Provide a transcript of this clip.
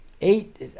Eight